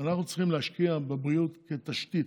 שאנחנו צריכים להשקיע בבריאות כתשתית.